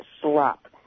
slop